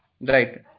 Right